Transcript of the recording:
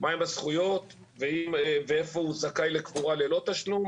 מה הם הזכויות ואיפה הוא זכאי לקבורה ללא תשלום